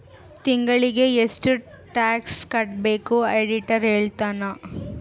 ತಿಂಗಳಿಗೆ ಎಷ್ಟ್ ಟ್ಯಾಕ್ಸ್ ಕಟ್ಬೇಕು ಆಡಿಟರ್ ಹೇಳ್ತನ